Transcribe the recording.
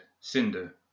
Cinder